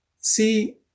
see